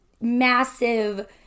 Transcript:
massive